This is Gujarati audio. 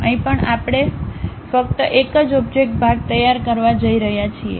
અહીં પણ આપણે ફક્ત એક જ ઓબ્જેક્ટ ભાગ તૈયાર કરવા જઈ રહ્યા છીએ